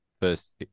first